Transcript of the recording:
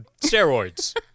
steroids